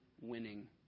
winning